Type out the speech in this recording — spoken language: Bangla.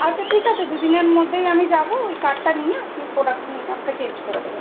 আচ্ছা ঠিক আছে দু দিনের মধ্যেই আমি যাবো ওই কার্ডটা নিয়ে আপনি প্রডাক্ট নিয়ে ওটা চেঞ্জ করে দেবেন